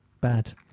bad